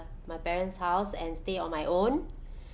my parents' house and stay on my own